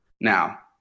Now